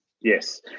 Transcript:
Yes